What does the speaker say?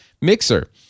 mixer